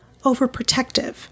overprotective